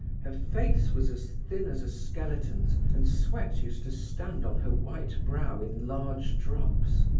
her face was as thin as a skeleton's, and sweat used to stand on her white brow in large drops.